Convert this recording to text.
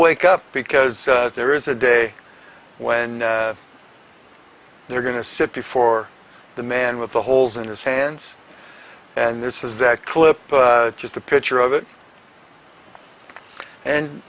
wake up because there is a day when they're going to sit before the man with the holes in his hands and this is that clip just a picture of it and